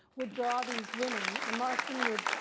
would draw these women, and marston would,